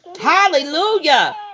Hallelujah